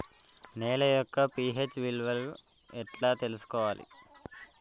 నేల యొక్క పి.హెచ్ విలువ ఎట్లా తెలుసుకోవాలి?